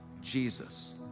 Jesus